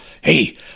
hey